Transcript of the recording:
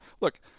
Look